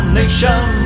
nation